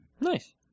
Nice